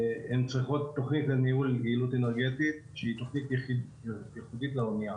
הן צריכות תוכנית יעילות אנרגטית שהיא תוכנית ייחודית לאונייה,